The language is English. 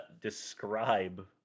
describe